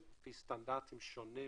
זה לפי סטנדרטים שונים